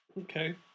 okay